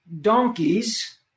donkeys